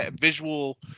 visual